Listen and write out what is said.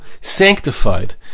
sanctified